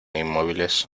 inmóviles